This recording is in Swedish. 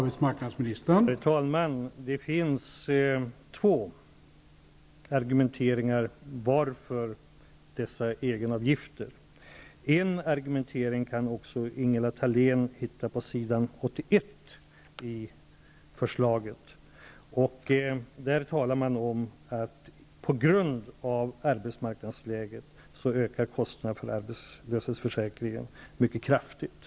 Herr talman! Det finns två argument när det gäller orsaken till dessa egenavgifter. Ett argument kan Ingela Thalén hitta på s. 81 i för slaget. Där sägs det att på grund av arbetsmark nadsläget ökar kostnaden för arbetslöshetsförsäk ringen mycket kraftigt.